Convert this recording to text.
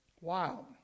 Wow